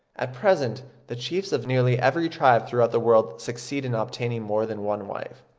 at present the chiefs of nearly every tribe throughout the world succeed in obtaining more than one wife.